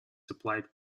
supplied